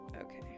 Okay